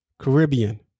Caribbean